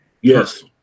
yes